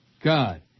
God